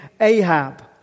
Ahab